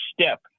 step